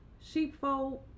sheepfold